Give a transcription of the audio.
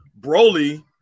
Broly